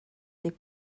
des